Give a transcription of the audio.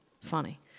funny